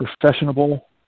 Professional